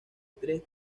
tres